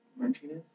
Martinez